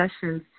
sessions